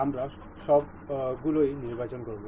আমরা সবগুলোই নির্বাচন করব